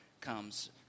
comes